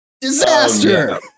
Disaster